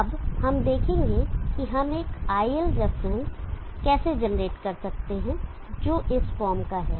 अब हम देखेंगे कि हम एक iL रेफरेंस कैसे जनरेट कर सकते हैं जो इस फॉर्म का है